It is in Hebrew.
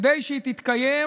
כדי שהיא תתקיים,